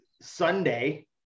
Sunday